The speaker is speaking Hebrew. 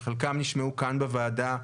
שחלקם נשמעו כאן בוועדה,